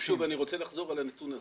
אני רוצה לחזור על הנתון הזה.